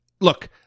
look